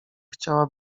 chciała